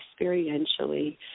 experientially